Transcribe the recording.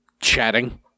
chatting